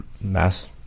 mass